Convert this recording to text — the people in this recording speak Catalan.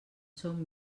són